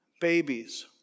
babies